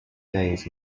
days